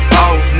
off